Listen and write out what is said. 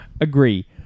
agree